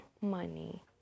money